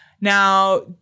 Now